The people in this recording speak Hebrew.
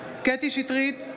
בעד קטי קטרין שטרית,